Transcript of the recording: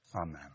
Amen